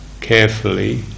carefully